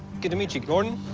good to meet you, gordon.